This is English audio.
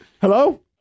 hello